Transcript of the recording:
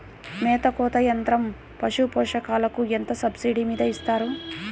మేత కోత యంత్రం పశుపోషకాలకు ఎంత సబ్సిడీ మీద ఇస్తారు?